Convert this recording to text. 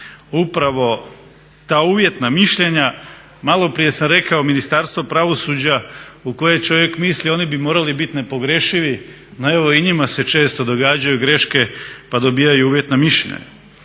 upravo ta uvjetna mišljenja, malo prije sam rekao Ministarstvo pravosuđa u koje čovjek misli oni bi morali bit nepogrešivi. No evo i njima se često događaju greške pa dobijaju uvjetna mišljenja